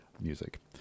music